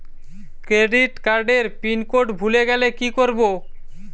Credit কার্ডের pin code ভুলে গেলে কি করব?